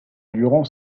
durant